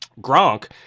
Gronk